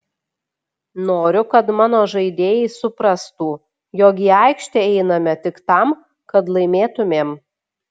noriu kad mano žaidėjai suprastų jog į aikštę einame tik tam kad laimėtumėm